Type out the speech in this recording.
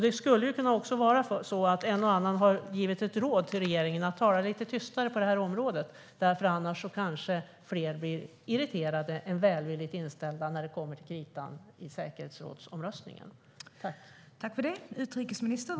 Det skulle kunna vara så att en och annan har gett ett råd till regeringen om att tala lite tystare på detta område. Annars kanske fler blir irriterade än välvilligt inställda när det kommer till kritan vid omröstningen till en plats i säkerhetsrådet.